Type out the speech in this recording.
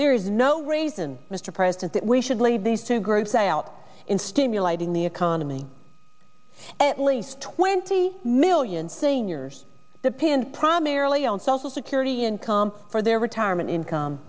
there is no reason mr president that we should leave these two groups out in stimulating the economy at least twenty million seniors to pay and primarily on social security income for their retirement income